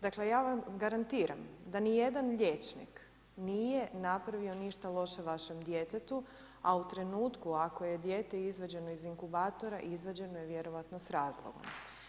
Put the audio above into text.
Dakle, ja vam garantiram da ni jedan liječnik nije napravio ništa loše vašem djetetu a u trenutku ako je dijete izvađeno iz inkubatora, izvađeno je vjerojatno s razlogom.